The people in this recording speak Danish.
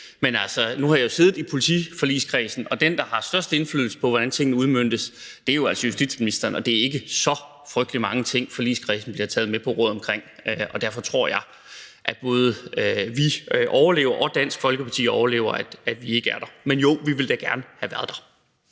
Men altså, nu har jeg jo siddet i politiforligskredsen, og den, der har størst indflydelse på, hvordan tingene udmøntes, er jo altså justitsministeren, og det er ikke så frygtelig mange ting, forligskredsen bliver taget med på råd om. Derfor tror jeg, at både vi og Dansk Folkeparti overlever, at vi ikke er der. Men jo, vi ville da gerne have været der.